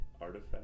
artifact